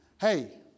Hey